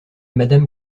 madame